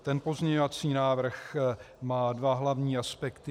Ten pozměňovací návrh má dva hlavní aspekty.